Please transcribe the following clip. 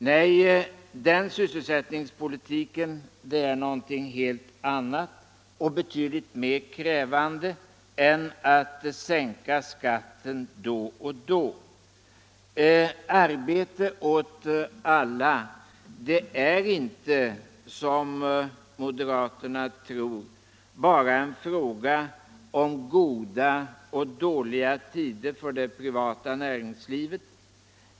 Nej, sysselsättningspolitik är någonting helt annat och betydligt mer krävande än att sänka skatten då och då. Arbete åt alla är inte, som moderaterna tror, bara en fråga om goda och dåliga tider för det privata näringslivet.